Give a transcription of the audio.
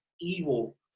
evil